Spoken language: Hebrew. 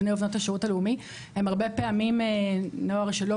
בני ובנות השירות הלאומי הם הרבה פעמים נוער שלא